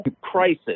crisis